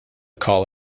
call